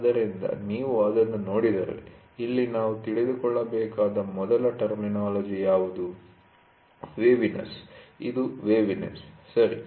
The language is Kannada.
ಆದ್ದರಿಂದ ನೀವು ಅದನ್ನು ನೋಡಿದರೆ ಇಲ್ಲಿ ನಾವು ತಿಳಿದುಕೊಳ್ಳಬೇಕಾದ ಮೊದಲ ಟರ್ಮಿನೋಲಜಿ ಯಾವುದು ವೇವಿನೆಸ್ ಇದು ವೇವಿನೆಸ್ ಸರಿ